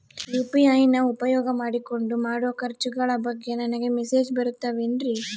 UPI ನ ಉಪಯೋಗ ಮಾಡಿಕೊಂಡು ಮಾಡೋ ಖರ್ಚುಗಳ ಬಗ್ಗೆ ನನಗೆ ಮೆಸೇಜ್ ಬರುತ್ತಾವೇನ್ರಿ?